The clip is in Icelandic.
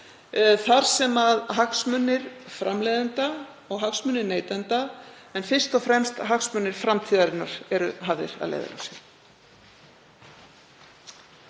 þar sem hagsmunir framleiðenda og hagsmunir neytenda en fyrst og fremst hagsmunir framtíðarinnar eru hafðir að leiðarljósi.